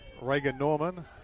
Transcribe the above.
Reagan-Norman